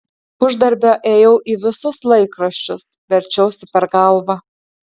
uždarbio ėjau į visus laikraščius verčiausi per galvą